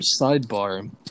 sidebar